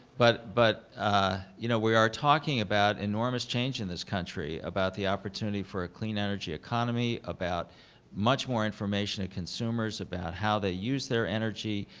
but but ah you know we are talking about enormous change in this country, about the opportunity for a clean energy economy, about much more information of consumers about how they use their energy,